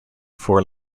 four